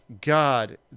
God